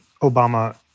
Obama